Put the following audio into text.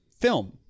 film